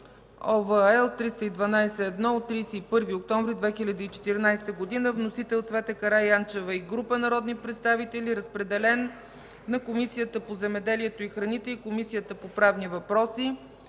2014 г.). Вносител – Цвета Караянчева и група народни представители. Разпределен е на Комисията по земеделието и храните и на Комисията по правни въпроси.